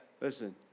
Listen